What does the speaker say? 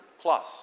plus